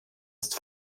ist